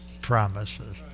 promises